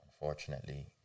unfortunately